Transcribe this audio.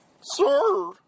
Sir